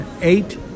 eight